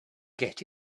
get